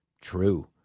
True